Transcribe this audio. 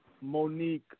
Monique